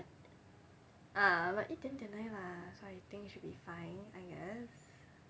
ah but 一点点而已啦 so I think should be fine I guess